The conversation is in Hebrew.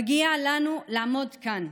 מגיע לנו לעמוד כאן.